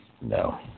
no